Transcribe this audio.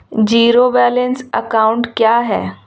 Zero balance account क्या है?